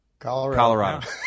Colorado